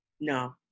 no